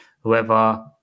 whoever